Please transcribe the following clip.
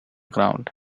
ground